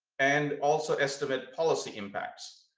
and also estimate policy impacts.